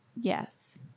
Yes